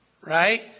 Right